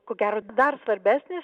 ko gero dar svarbesnis